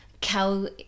Cal